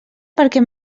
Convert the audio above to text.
perquè